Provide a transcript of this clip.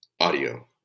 audio